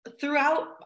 throughout